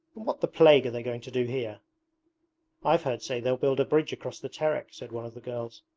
and what the plague are they going to do here i've heard say they'll build a bridge across the terek said one of the girls.